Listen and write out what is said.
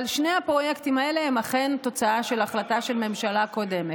אבל שני הפרויקטים האלה הם אכן תוצאה של החלטה של ממשלה קודמת.